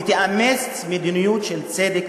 ותאמץ מדיניות של צדק,